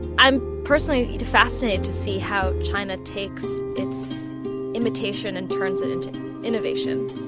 i'm personally fascinated to see how china takes it's imitation and turns it into innovation.